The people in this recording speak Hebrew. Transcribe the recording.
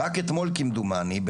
רק אתמול כמדומני,